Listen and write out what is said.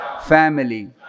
Family